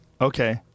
Okay